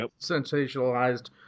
sensationalized